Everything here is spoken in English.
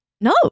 no